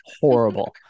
horrible